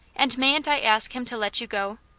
and mayn't i ask him to let you go?